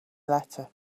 letter